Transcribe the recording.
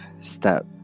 Step